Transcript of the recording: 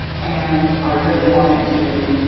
and i really wanted to